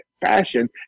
fashion